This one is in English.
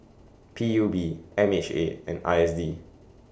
P U B M H A and I S D